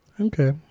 Okay